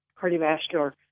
cardiovascular